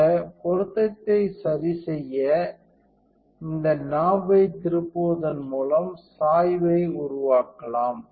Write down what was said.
இந்த பொருத்தத்தைசரிசெய்ய இந்த நாப்பை திருப்புவதன் மூலம் சாய்வை உருவாக்கலாம்